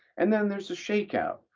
and then there's a shakeout,